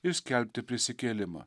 ir skelbti prisikėlimą